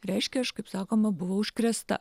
reiškia aš kaip sakoma buvau užkrėsta